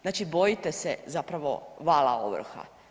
Znači, bojite se zapravo vala ovrha.